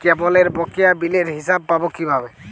কেবলের বকেয়া বিলের হিসাব পাব কিভাবে?